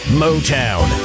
motown